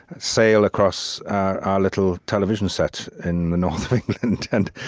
sail across our little television set in the north of england. and